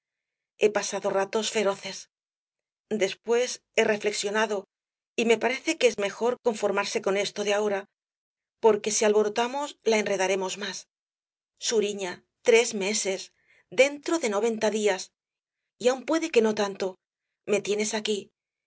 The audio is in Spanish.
he pasado ratos feroces después he reflexionado y me parece que es mejor conformarse con esto de ahora porque si alborotamos la enredaremos más suriña tres meses dentro de noventa días y aun puede que no tanto me tienes aquí